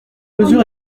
mesure